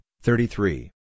thirty-three